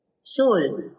Soul